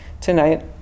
tonight